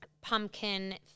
pumpkin